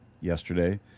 yesterday